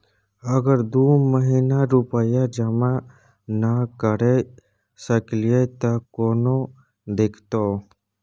अगर दू महीना रुपिया जमा नय करे सकलियै त कोनो दिक्कतों?